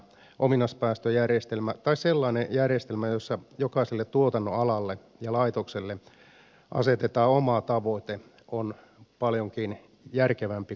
ominaispäästöjärjestelmä tai sellainen järjestelmä jossa jokaiselle tuotannonalalle ja laitokselle asetetaan oma tavoite on paljonkin järkevämpi kuin päästökauppajärjestelmä